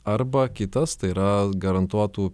arba kitas tai yra garantuotų